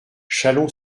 chalon